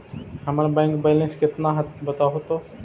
हमर bank balance केतना है बताहु तो?